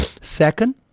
second